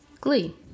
Glee